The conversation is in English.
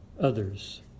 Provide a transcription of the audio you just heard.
others